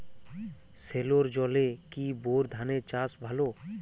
সেলোর জলে কি বোর ধানের চাষ ভালো?